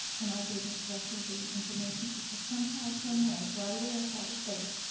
and i gave mr. russell the information because somehow, someway, right away i thought of faith.